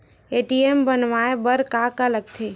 ATM बनवाय बर का का लगथे?